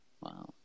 Wow